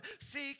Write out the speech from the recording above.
Seek